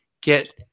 get